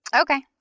okay